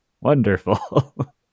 Wonderful